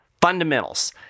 fundamentals